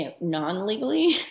non-legally